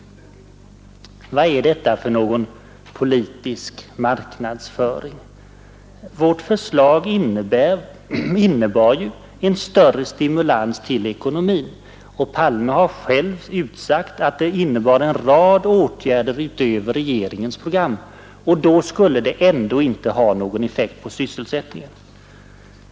Vad är detta för slag av politisk marknadsföring? Vårt förslag innebar en större stimulans till ekonomin — herr Palme själv har utsagt att det innebar en rad åtgärder utöver regeringens program — och ändå skulle det inte ha någon effekt på sysselsättningen.